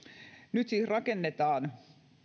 nyt siis rakennetaan